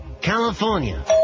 California